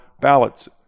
ballots